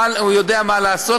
הוא יודע מה לעשות.